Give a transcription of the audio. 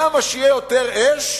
כמה שתהיה יותר אש,